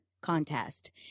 contest